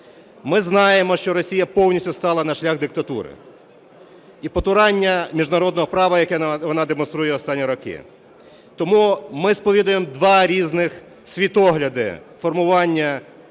Ми знаємо, що Росія повністю стала на шлях диктатури і потурання міжнародного права, яке вона демонструє останні роки. Тому ми сповідуємо два різних світогляди формування